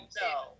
No